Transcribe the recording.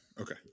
okay